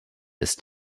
ist